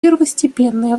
первостепенное